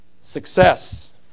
success